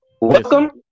welcome